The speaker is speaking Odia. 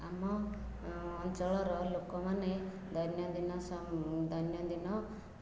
ଆମ ଅଞ୍ଚଳର ଲୋକମାନେ ଦୈନଦିନ ଦୈନଦିନ